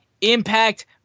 Impact